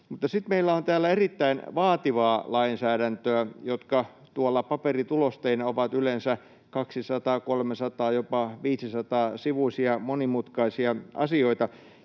täällä erittäin vaativaa lainsäädäntöä, ja tuolla paperitulosteina ne ovat yleensä 200‑, 300‑, jopa 500-sivuisia monimutkaisia asioita.